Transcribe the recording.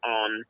on